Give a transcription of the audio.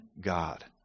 God